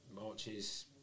marches